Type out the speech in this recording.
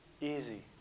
easy